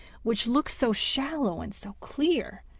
which looked so shallow and so clear,